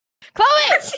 Chloe